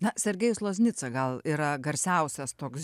na sergejus loznica gal yra garsiausias toks